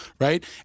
right